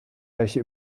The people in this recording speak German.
welche